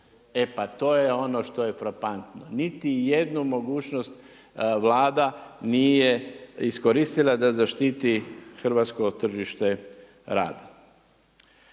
E pa to je, ono što je frapantno. Niti jednu mogućnost Vlada nije iskoristila da zaštiti hrvatsko tržište rada.